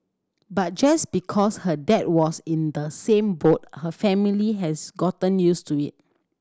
but just because her dad was in the same boat her family has gotten used to it